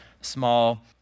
small